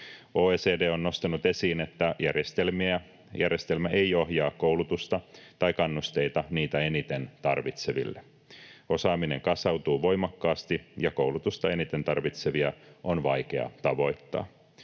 OECD on nostanut esiin, että järjestelmä ei ohjaa koulutusta tai kannusteita niitä eniten tarvitseville. Osaaminen kasautuu voimakkaasti, ja koulutusta eniten tarvitsevia on vaikea tavoittaa.